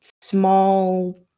small